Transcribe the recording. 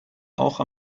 auch